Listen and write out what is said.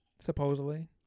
supposedly